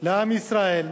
לעם ישראל,